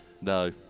no